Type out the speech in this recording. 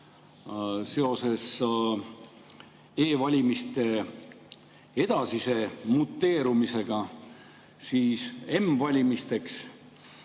Seoses e‑valimiste edasise muteerumisega m‑valimisteks